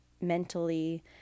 mentally